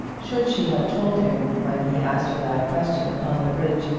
should she have told him, when he asked her that question upon the bridge,